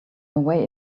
away